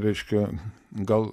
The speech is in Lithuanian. reiškia gal